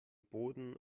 boden